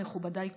מכובדיי כולם,